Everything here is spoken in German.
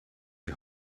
die